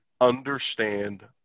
understand